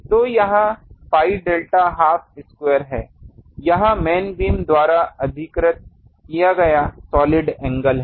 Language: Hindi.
तो यह pi डेल्टा हाफ स्क्वायर है यह मेन बीम द्वारा अधिकृत किया गया सॉलिड एंगल है